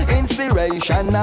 inspiration